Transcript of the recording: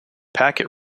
packet